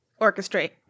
orchestrate